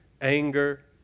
anger